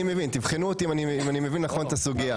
תבחנו אותי אם אני מבין נכון את הסוגייה.